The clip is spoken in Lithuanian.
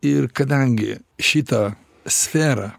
ir kadangi šitą sferą